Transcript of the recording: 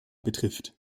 betrifft